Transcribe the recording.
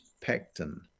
pectin